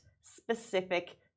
specific